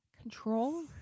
Control